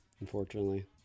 unfortunately